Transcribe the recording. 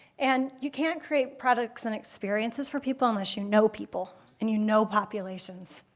and you can't create products and experiences for people unless you know people and you know populations.